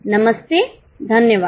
नमस्ते धन्यवाद